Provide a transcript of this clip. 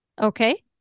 Okay